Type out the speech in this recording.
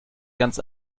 ganz